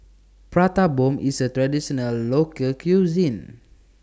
Prata Bomb IS A Traditional Local Cuisine